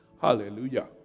Hallelujah